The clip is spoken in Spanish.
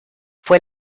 fue